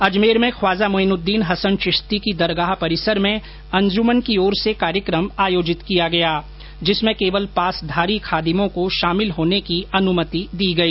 अजमेर में ख्वाजा मोईनुद्दीन हसन चिश्ती की दरगाह परिसर में अंजुमन की ओर से कार्यक्रम आयोजित किया गया जिसमें केवल पासधारी खादिमों को शामिल होने की अनुमति दी गई